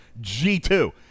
G2